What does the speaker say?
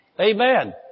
Amen